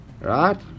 right